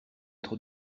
trop